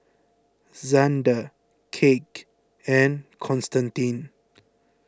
Zander Cake and Constantine